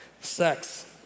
sex